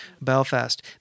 Belfast